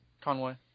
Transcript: Conway